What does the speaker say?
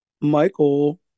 Michael